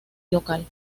local